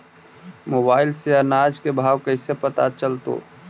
Mobile से अनाज के भाव कैसे पता चलतै?